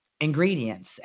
ingredients